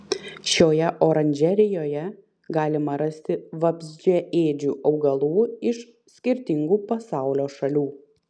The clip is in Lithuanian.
šioje oranžerijoje galima rasti vabzdžiaėdžių augalų iš skirtingų pasaulio šalių